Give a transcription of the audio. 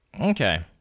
Okay